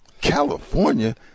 California